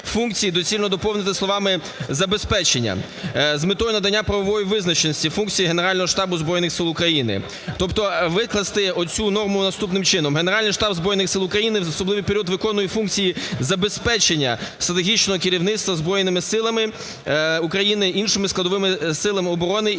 "функції" доцільно доповнити словами "забезпечення" з метою надання правової визначеності функції Генерального штабу Збройних Сил України. Тобто викласти оцю норму наступним чином: "Генеральний штаб Збройних Сил України в особливий період виконує функції забезпечення стратегічного керівництва Збройними Силами України, іншими складовими силами оборони і